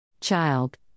child